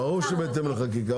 ברור שבהתאם לחקיקה.